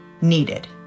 needed